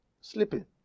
Sleeping